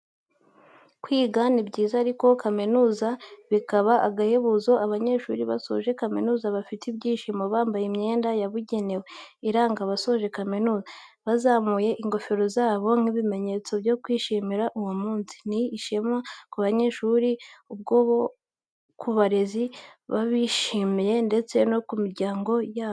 Kwiga ni byiza ariko kuminuza bikaba agahebuzo, abanyeshuri basoje kamizuza bafite ibyishimo, bambaye imyenda yabugenewe iranga abasoje kaminuza, bazamuye ingofero zabo nk'ikimenyetso cyo kwishimira uwo munsi, ni ishema ku banyeshuri ubwabo, ku barezi babigishije ndetse no ku miryango yabo.